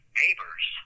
neighbors